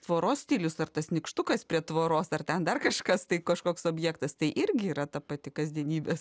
tvoros stilius ar tas nykštukas prie tvoros ar ten dar kažkas tai kažkoks objektas tai irgi yra ta pati kasdienybės